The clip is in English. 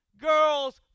girl's